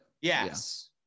yes